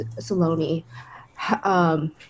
Saloni